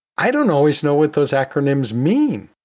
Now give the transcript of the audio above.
i don't always know what those acronyms mean.